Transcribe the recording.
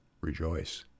Rejoice